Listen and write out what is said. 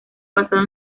basado